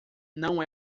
não